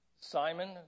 Simon